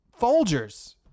folgers